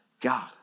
God